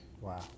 Wow